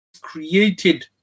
created